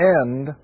end